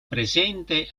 presente